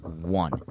one